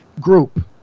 Group